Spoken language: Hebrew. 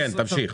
כן, תמשיך.